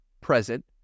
present